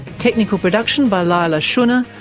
technical production by leila shunnar,